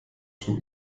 schon